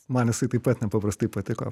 man jisai taip pat nepaprastai patiko